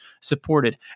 supported